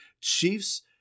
Chiefs